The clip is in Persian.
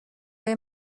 های